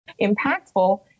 Impactful